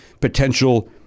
potential